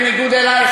בניגוד אלייך,